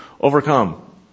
overcome